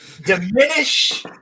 diminish